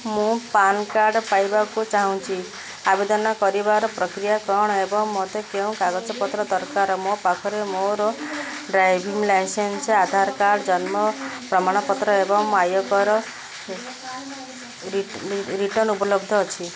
ମୁଁ PAN card ପାଇବାକୁ ଚାହୁଁଛି ଆବେଦନ କରିବାର ପ୍ରକ୍ରିୟା କ'ଣ ଏବଂ ମୋତେ କେଉଁ କାଗଜପତ୍ର ଦରକାର ମୋ ପାଖରେ ମୋର ଡ୍ରାଇଭିଙ୍ଗ ଲାଇସେନ୍ସ ଆଧାର କାର୍ଡ଼ ଜନ୍ମ ପ୍ରମାଣପତ୍ର ଏବଂ ଆୟକର ରିଟର୍ଣ୍ଣ ଉପଲବ୍ଧ ଅଛି